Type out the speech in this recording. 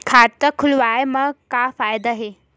खाता खोलवाए मा का फायदा हे